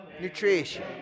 Nutrition